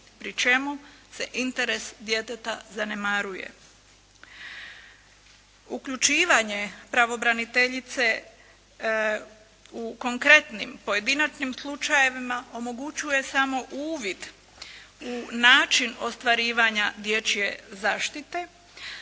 pri čemu se interes djeteta zanemaruje. Uključivanje pravobraniteljice u konkretnim pojedinačnim slučajevima omogućuje samo uvid u način ostvarivanja dječje zaštite